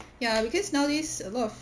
ya because nowadays a lot of